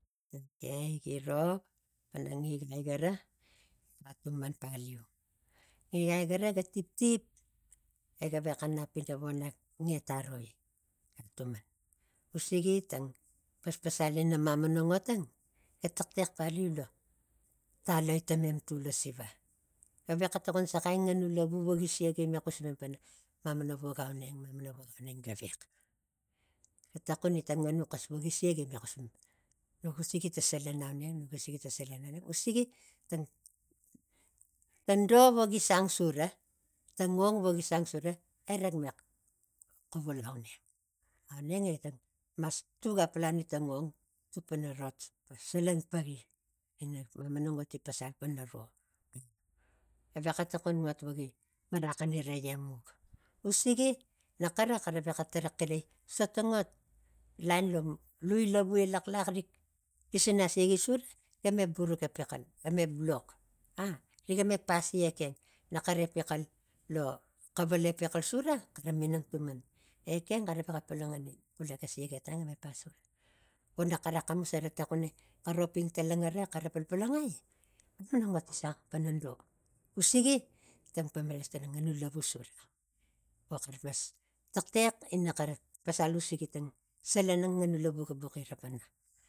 Okei giro panatang igai atuman paliu ta igai ga tiptip ega vexa nap ina vo nak ngeta roi ga atuma usigi tang paspasal ina mamana ngotang ga taxtex paliu lo taloi tamem tul lo siva. gavexa tokon saxai nganu lavu vo gi siak e gi xusi mem pana mamana vok auneng mamana vok auneng gavex ga taxunita nganu xas vogi siak eri xusi mem pana nuk usiki ta salan anuneng nak usiki ta salan auneng usigi ta tang do vogi sang sura tang ong vogi sang sura erek me xuvulau neng aunenge nak mas tuk apalavani tang ong salan paxin ina mamana ngot gi pasal pana ro a gavexa takon ngot gi maraxira emuk usigi naxara xaravexa tara xilai tang ngot lain lo lui lavu elaxlax rik lisina siaki sura game buruk epexal ga ma lo cavala ep axal sura xara minang tuman ekang cara vexa polongani xula ga siak etang vo noxara axamus xara taxuni xara opi talangarae xara palpalangai mamara ngot gi sang pana do usigi tana nganu lavu sura vo xara mas taxtex in xarax pasal usiki ta salan ang nganu lavu ga vuxira pana